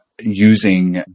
using